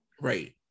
right